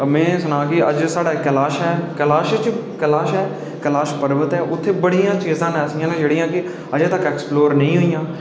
में सुनाना चाह्न्न कि अज्ज साढ़ा केलाश ऐ ते केलाश पर्वत ऐ ते उत्थै बड़ियां चीज़ां ऐसियां न जेह्ड़ियां अजें तक ऐक्सपलोर नीं होइयां न